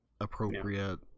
Appropriate